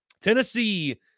Tennessee